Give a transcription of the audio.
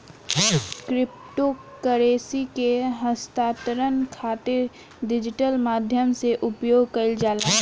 crypto currency के हस्तांतरण खातिर डिजिटल माध्यम से उपयोग कईल जाला